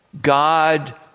God